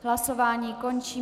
Hlasování končím.